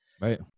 Right